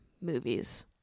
movies